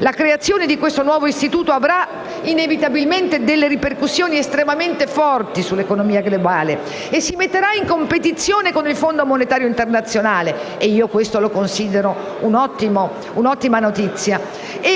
La creazione di questo nuovo istituto avrà inevitabilmente delle ripercussioni estremamente forti sull'economia globale, e si metterà in competizione con il Fondo monetario internazionale - questa lo considero un'ottima notizia